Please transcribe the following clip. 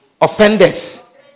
offenders